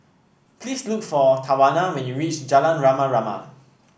please look for Tawanna when you reach Jalan Rama Rama